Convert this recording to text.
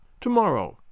Tomorrow